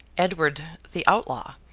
edward the outlaw,